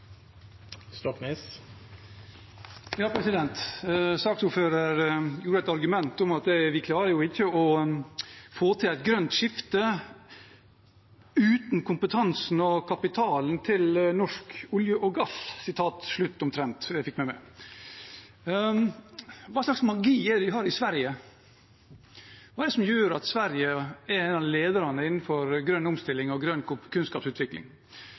at vi ikke klarer å få til et grønt skifte uten kompetansen og kapitalen fra norsk olje og gass. Hva slags magi er det de har i Sverige? Hva er det som gjør at Sverige er en av lederne innenfor grønn omstilling og grønn kunnskapsutvikling?